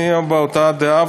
אני באותה דעה,